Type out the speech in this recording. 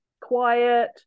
quiet